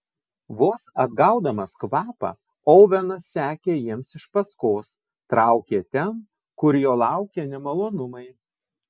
vos atgaudamas kvapą ovenas sekė jiems iš paskos traukė ten kur jo laukė nemalonumai